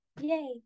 yay